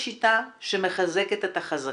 זאת השיטה שמחזקת את החזקים.